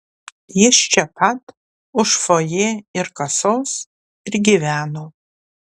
jis čia pat už fojė ir kasos ir gyveno